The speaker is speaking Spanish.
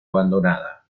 abandonada